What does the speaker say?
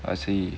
I see